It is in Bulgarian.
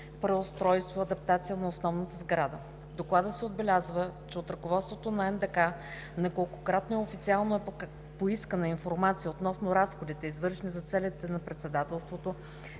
„Преустройство и адаптация на основната сграда“. В доклада се отбелязва, че от ръководството на НДК неколкократно и официално е поискана информация относно разходите, извършени за целите на председателството,